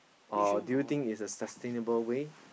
or do you think it's a sustainable way